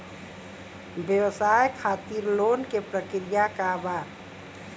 व्यवसाय खातीर लोन के प्रक्रिया का बा?